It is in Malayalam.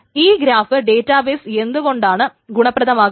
ഈ ഗ്രാഫ് ഡേറ്റാബേസ് എന്തു കൊണ്ടാണ് ഗുണപ്രദം ആകുന്നത്